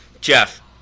Jeff